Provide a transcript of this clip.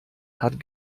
hat